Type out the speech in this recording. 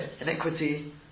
iniquity